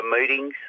meetings